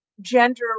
gender